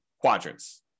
quadrants